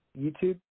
YouTube